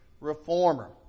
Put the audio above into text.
reformer